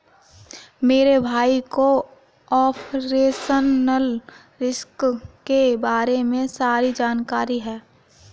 मेरे भाई को ऑपरेशनल रिस्क के बारे में सारी जानकारी है